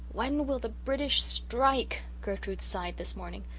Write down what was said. when will the british strike gertrude sighed this morning.